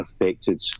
affected